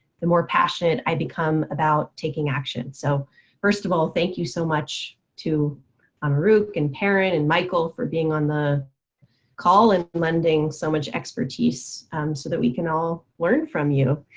the more passionate i become about taking action. so first of all, thank you so much to amaroq and parend and michael for being on the call and lending so much expertise so that we can all learn from you.